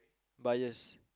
bias